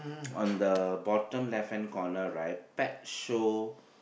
on the bottom left hand corner right pet show